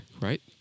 right